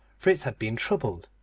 for it had been troubled.